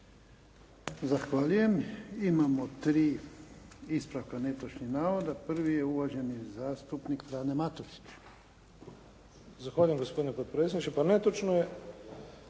Zahvaljujem. Imamo tri ispravka netočnih navoda. Prvi je uvaženi zastupnik Frane Matušić. **Matušić, Frano (HDZ)** Zahvaljujem gospodine potpredsjedniče. Pa netočno je